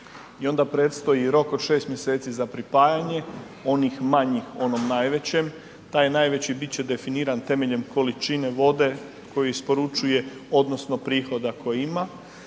i onda predstoji rok od 6. mjeseci za pripajanje onih manjih onom najvećem, taj najveći bit će definiran temeljem količine vode koju isporučuje odnosno prihoda koji ima,